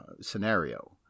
scenario